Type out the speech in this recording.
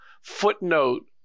footnote